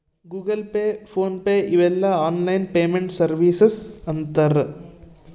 Google Pay PhonePe ಇವೆಲ್ಲ online payment services ಅಂತರ್